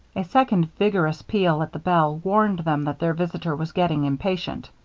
a second vigorous peal at the bell warned them that their visitor was getting impatient.